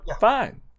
fine